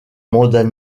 mandat